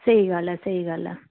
स्हेई गल्ल ऐ स्हेई गल्ल ऐ